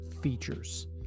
features